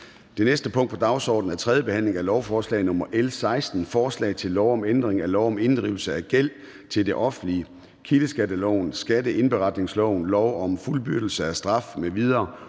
Det næste punkt på dagsordenen er: 12) 3. behandling af lovforslag nr. L 16: Forslag til lov om ændring af lov om inddrivelse af gæld til det offentlige, kildeskatteloven, skatteindberetningsloven, lov om fuldbyrdelse af straf m.v.